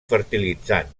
fertilitzant